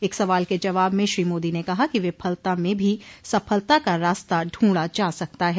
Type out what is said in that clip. एक सवाल के जवाब में श्री मोदी ने कहा कि विफलता में भी सफलता का रास्ता ढूंढा जा सकता है